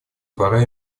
пора